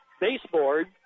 baseboard